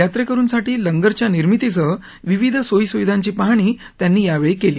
यात्रेकरुसाठी लंगरच्या निर्मितीसह विविध सोयी सुविधाची पाहणी त्यांनी यावेळी केली